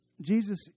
Jesus